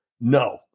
no